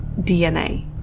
DNA